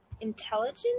Intelligent